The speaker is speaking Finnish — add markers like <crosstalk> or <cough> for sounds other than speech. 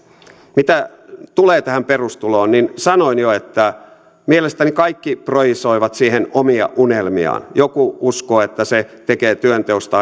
mitä tulee tähän perustuloon niin sanoin jo että mielestäni kaikki projisoivat siihen omia unelmiaan joku uskoo että se tekee työnteosta <unintelligible>